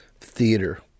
theater